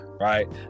right